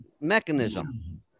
mechanism